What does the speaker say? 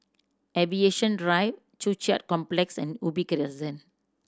Aviation Drive Joo Chiat Complex and Ubi Crescent